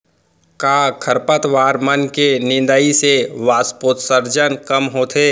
का खरपतवार मन के निंदाई से वाष्पोत्सर्जन कम होथे?